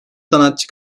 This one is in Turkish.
sanatçı